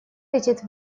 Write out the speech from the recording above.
летит